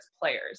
players